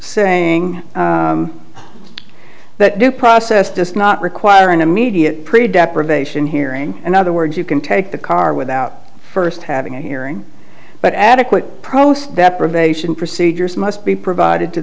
saying that due process does not require an immediate pretty deprivation hearing in other words you can take the car without first having a hearing but adequate provost deprivation procedures must be provided to